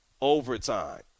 overtime